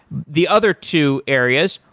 the other two areas,